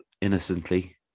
innocently